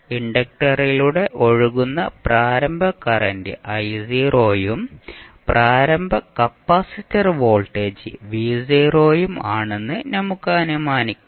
ഇൻഡക്ടറിലൂടെ ഒഴുകുന്ന പ്രാരംഭ കറന്റ് ഉം പ്രാരംഭ കപ്പാസിറ്റർ വോൾട്ടേജ് ഉം ആണെന്ന് നമുക്ക് അനുമാനിക്കാം